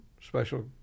special